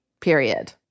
Period